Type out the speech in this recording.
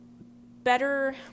better